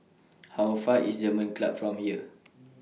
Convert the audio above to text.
How Far away IS German Club from here